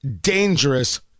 dangerous